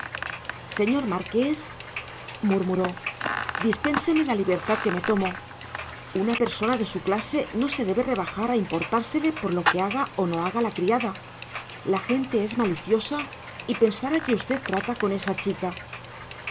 garganta señor marqués murmuró dispénseme la libertad que me tomo una persona de su clase no se debe rebajar a importársele por lo que haga o no haga la criada la gente es maliciosa y pensará que usted trata con esa chica